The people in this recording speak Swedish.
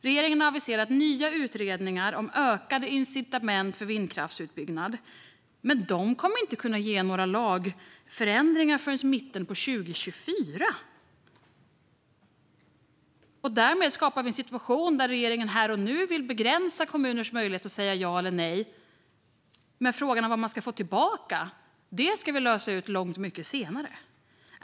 Regeringen har aviserat nya utredningar om ökade incitament för vindkraftsutbyggnad, men de kommer inte att kunna leda till några lagförändringar förrän i mitten på 2024. Därmed skapas en situation där regeringen här och nu vill begränsa kommuners möjlighet att säga ja eller nej, men frågan om vad man ska få tillbaka ska vi lösa ut långt mycket senare.